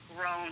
Grown